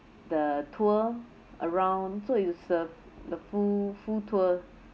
the tour around so it's a the full full tour